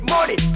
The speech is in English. Money